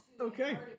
Okay